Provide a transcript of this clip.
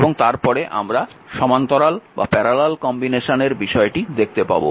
এবং তারপরে আমরা সমান্তরাল কম্বিনেশনের বিষয়টি দেখতে পাব